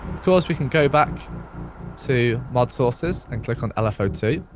of course we can go back to mod sources and click on lfo two.